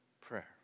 prayer